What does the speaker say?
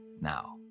now